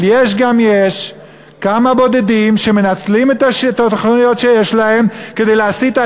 אבל יש גם יש כמה בודדים שמנצלים את התוכניות שיש להם כדי להסית,